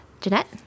Jeanette